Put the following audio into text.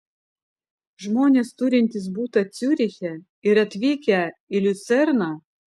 žmonės turintys butą ciuriche ir atvykę į liucerną